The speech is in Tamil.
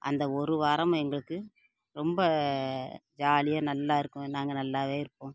அந்த ஒரு வாரம் எங்களுக்கு ரொம்ப ஜாலியாக நல்லாயிருக்கும் நாங்கள் நல்லாவே இருப்போம்